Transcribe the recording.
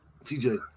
CJ